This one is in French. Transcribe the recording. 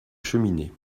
cheminée